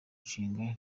nshinga